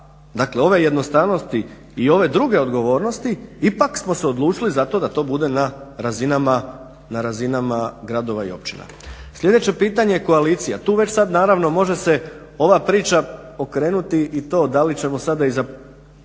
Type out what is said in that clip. dakle ove jednostavnosti i ove druge odgovornosti ipak smo se odlučili za to da to bude na razinama gradova i općina. Sljedeće pitanje, koalicija – tu već sad naravno može se ova priča okrenuti i to da li ćemo sada i za našeg